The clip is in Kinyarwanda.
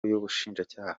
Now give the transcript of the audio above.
y’ubushinjacyaha